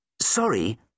Sorry